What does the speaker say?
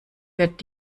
wird